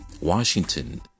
Washington